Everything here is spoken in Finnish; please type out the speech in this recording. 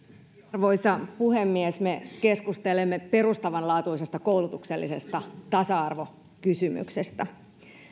arvoisa puhemies me keskustelemme perustavanlaatuisesta koulutuksellisesta tasa arvokysymyksestä